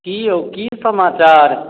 की यौ की समाचार